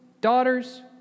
daughters